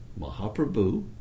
Mahaprabhu